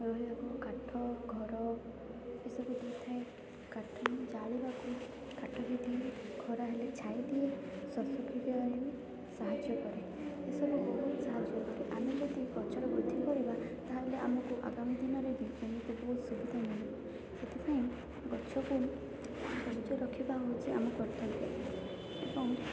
ରହିବାକୁ କାଠ ଘର ଏ ସବୁ ଦେଇଥାଏ କାଠ ଜାଳିବାକୁ କାଠ ବି ଦିଏ ଖରା ହେଲେ ଛାଇ ଦିଏ ଶସ୍ୟ ସାହାଯ୍ୟ କରେ ଏସବୁ ବହୁତ ସାହାଯ୍ୟ କରେ ଆମେ ଯଦି ଗଛର ବୃଦ୍ଧି କରିବା ତା'ହେଲେ ଆମକୁ ଆଗାମୀ ଦିନରେ ବି ଏମିତି ବହୁତ ସୁବିଧା ମିଳିବ ସେଥିପାଇଁ ଗଛକୁ ବଞ୍ଚେଇ ରଖିବା ହେଉଛି ଆମ କର୍ତ୍ତବ୍ୟ ଏବଂ